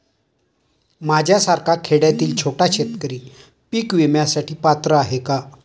माझ्यासारखा खेड्यातील छोटा शेतकरी पीक विम्यासाठी पात्र आहे का?